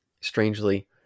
strangely